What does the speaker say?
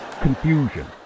confusion